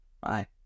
Bye